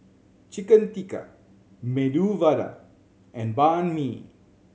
Chicken Tikka Medu Vada and Banh Mi